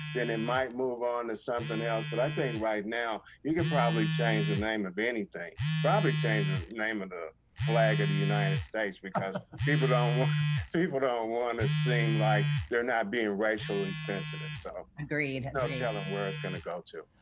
then it might move on to something else, but i think right now, you can probably change the name of anything. probably change the name of the flag of the united states because people don't people don't want to seem like they're not being racially sensitive. so agreed. no telling where it is going to go to.